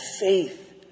faith